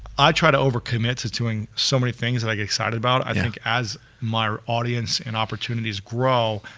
i try to over commit to doing so many things that i get excited about. i think as my audience and opportunities grow,